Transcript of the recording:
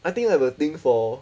I think I have a thing for